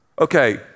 okay